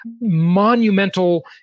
monumental